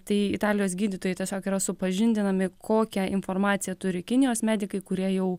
tai italijos gydytojai tiesiog yra supažindinami kokią informaciją turi kinijos medikai kurie jau